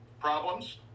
problems